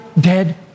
dead